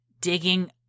digging